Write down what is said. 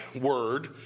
word